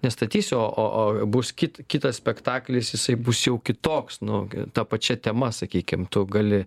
nestatysi o o o bus kit kitas spektaklis jisai bus jau kitoks nu gi ta pačia tema sakykim tu gali